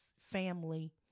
family